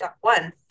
One